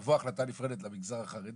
תבוא החלטה נפרדת למגזר החרדי.